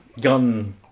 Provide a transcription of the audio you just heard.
gun